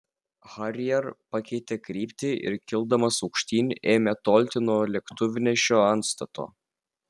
harrier pakeitė kryptį ir kildamas aukštyn ėmė tolti nuo lėktuvnešio antstato